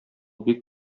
бик